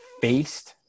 faced